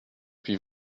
puis